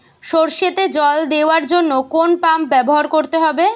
সরষেতে জল দেওয়ার জন্য কোন পাম্প ব্যবহার করতে হবে?